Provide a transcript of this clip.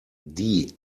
die